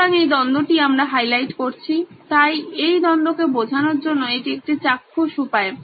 সুতরাং এই দ্বন্দ্ব টি আমরা হাইলাইট করেছি তাই এই দ্বন্দ্ব কে বোঝানোর জন্য এটি একটি চাক্ষুষ উপায়